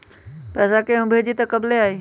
पैसा केहु भेजी त कब ले आई?